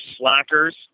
slackers